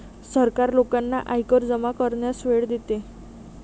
सरकार लोकांना आयकर जमा करण्यास वेळ देते